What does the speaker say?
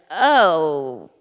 oh,